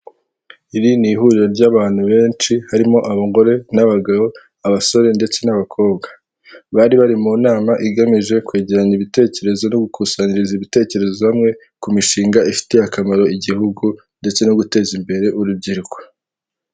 Iri ni ihuriro ry'abantu benshi harimo abagore, n'abagabo, abasore, ndetse n'abakobwa. Bari bari mu nama igamije kwegeranya ibitekerezo no gukusanyiriza ibitekerezo hamwe, ku mishinga ifitiye akamaro igihugu, ndetse no guteza imbere urubyiruko.